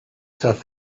stuff